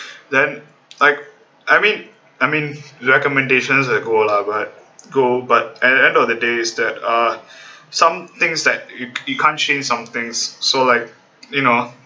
then like I mean I mean recommendations that go lah but go but at the end of the day is that uh some things that you can't change some things so like you know